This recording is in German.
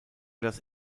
das